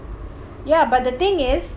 ya but the thing is